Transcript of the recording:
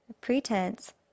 pretense